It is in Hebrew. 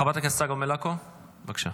חברת הכנסת צגה מלקו, בבקשה.